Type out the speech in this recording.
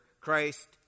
Christ